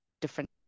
different